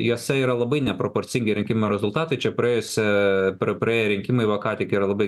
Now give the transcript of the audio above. jose yra labai neproporcingi rinkimų rezultatai čia praėjusią pra praėję rinkimai va ką tik yra labai